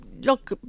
look